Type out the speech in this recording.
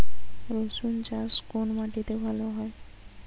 রুসুন চাষ কোন মাটিতে ভালো হয়?